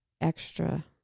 extra